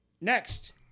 Next